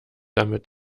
damit